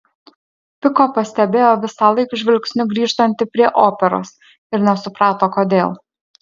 piko pastebėjo visąlaik žvilgsniu grįžtanti prie operos ir nesuprato kodėl